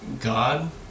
God